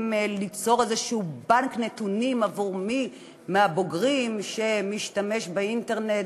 ליצור איזשהו בנק נתונים עבור מי מהבוגרים שמשתמש באינטרנט,